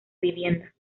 vivienda